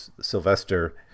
sylvester